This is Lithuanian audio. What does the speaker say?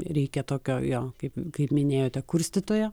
reikia tokio jo kaip kaip minėjote kurstytojo